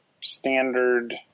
standard